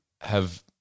have-